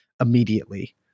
immediately